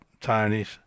Tony's